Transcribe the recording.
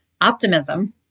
Optimism